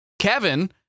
Kevin